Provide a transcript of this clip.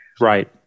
Right